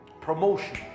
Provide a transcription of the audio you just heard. Promotion